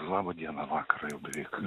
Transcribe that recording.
laba diena vakarą jau beveik